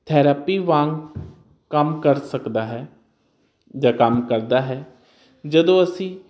therapy ਵਾਂਗ ਕੰਮ ਕਰ ਸਕਦਾ ਹੈ ਜਾ ਕੰਮ ਕਰਦਾ ਹੈ ਜਦੋਂ ਅਸੀਂ